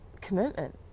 commitment